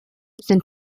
sind